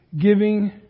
giving